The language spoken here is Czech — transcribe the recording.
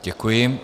Děkuji.